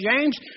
James